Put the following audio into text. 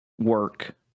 Work